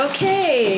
Okay